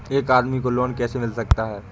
एक आदमी को लोन कैसे मिल सकता है?